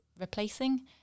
replacing